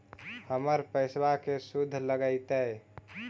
हमर पैसाबा के शुद्ध लगतै?